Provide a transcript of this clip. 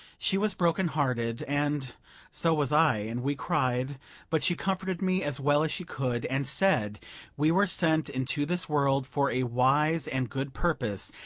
she was broken-hearted, and so was i, and we cried but she comforted me as well as she could, and said we were sent into this world for a wise and good purpose,